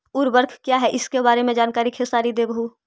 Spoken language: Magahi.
उर्वरक क्या इ सके बारे मे जानकारी खेसारी देबहू?